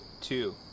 two